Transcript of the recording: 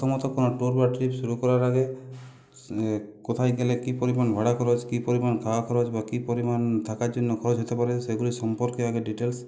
প্রথমত কোনও ট্যুর বা ট্রিপ শুরু করার আগে কোথায় গেলে কী পরিমাণ ভাড়া খরচ কী পরিমাণ খাওয়া খরচ বা কী পরিমাণ থাকার জন্য খরচ হতে পারে সেগুলো সম্পর্কে আগে ডিটেলস